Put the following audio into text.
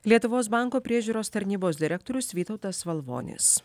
lietuvos banko priežiūros tarnybos direktorius vytautas valvonis